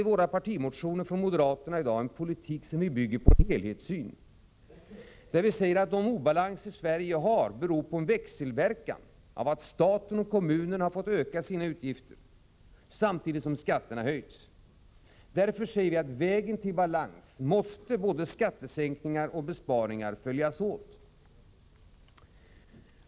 I våra partimotioner presenterar vi moderater i dag en politik som bygger på en helhetssyn. Vi säger där att de obalanser Sverige har beror på en växelverkan av att staten och kommunerna har fått öka sina utgifter samtidigt som skatterna har höjts. På vägen till balans måste därför skattesänkningar och besparingar följas åt.